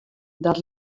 dat